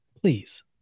Please